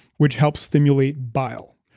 which helps stimulate bile.